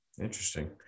Interesting